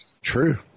True